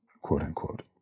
quote-unquote